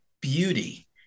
beauty